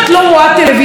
ואני יודעת שאת רואה,